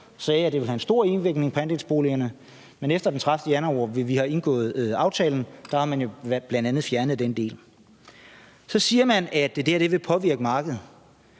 sagde, at det ville have en stor indvirkning på andelsboligerne, men efter den 30. januar, hvor vi indgik aftalen, har man jo bl.a. fjernet den del. Kl. 15:50 Så siger man, at det her vil påvirke markedet.